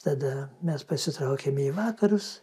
tada mes pasitraukėme į vakarus